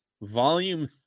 Volume